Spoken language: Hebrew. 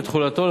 ותחולתו,